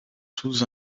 sous